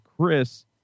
Chris